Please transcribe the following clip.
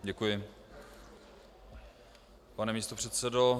Děkuji, pane místopředsedo.